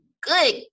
good